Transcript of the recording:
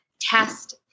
test